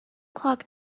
clock